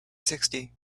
sixty